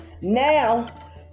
now